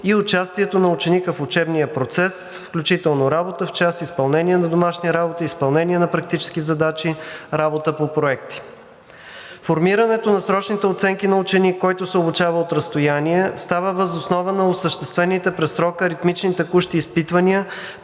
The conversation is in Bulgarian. и участието на ученика в учебния процес, включително работа в час, изпълнение на домашни работи, изпълнение на практически задачи, работа по проекти. Формирането на срочните оценки на ученик, който се обучава от разстояние, става въз основа на осъществените през срока ритмични текущи изпитвания